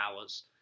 hours